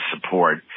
support